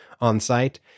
on-site